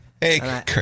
Hey